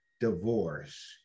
divorce